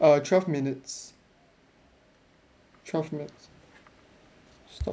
err twelve minutes twelve minutes stop